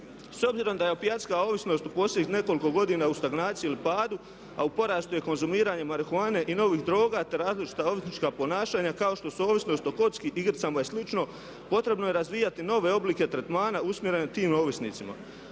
S obzirom da je opijatska ovisnost u posljednjih nekoliko godina u stagnaciji ili padu a u porastu je konzumiranje marihuane i novih droga te različita ovisnička ponašanja kao što su ovisnost o kocki, igricama i slično, potrebno je razvijati nove oblike tretmana usmjerenih tim ovisnicima.